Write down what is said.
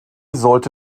sollte